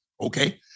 Okay